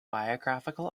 biographical